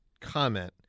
comment